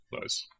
Nice